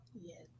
Yes